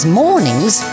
mornings